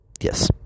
Yes